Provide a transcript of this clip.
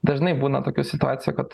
dažnai būna tokių situacijų kad